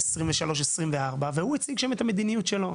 23-24 והוא הציג שם את המדיניות שלו,